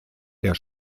der